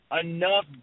enough